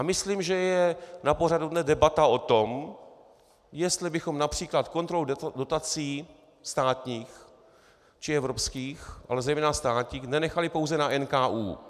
Myslím, že je na pořadu dne debata o tom, jestli bychom například kontrolu dotací státních či evropských, ale zejména státních, nenechali pouze na NKÚ.